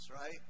right